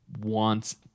wants